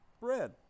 bread